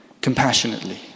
compassionately